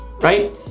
right